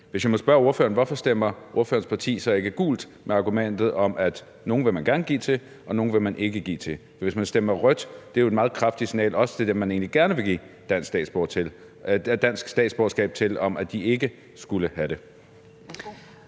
Må jeg spørge ordføreren: Hvorfor stemmer ordførerens parti så ikke gult med argumentet om, at nogle vil man gerne give statsborgerskab til, og nogle vil man ikke give statsborgerskab til? For hvis man stemmer rødt, er det jo et meget kraftigt signal også til dem, man egentlig gerne vil give dansk statsborgerskab til, om, at de ikke skal have det.